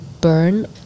burn